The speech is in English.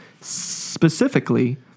specifically